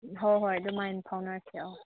ꯍꯣꯏ ꯍꯣꯏ ꯑꯗꯨꯃꯥꯏꯅ ꯐꯥꯎꯅꯔꯁꯦ